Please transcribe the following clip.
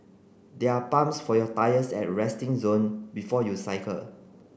there are pumps for your tyres at resting zone before you cycle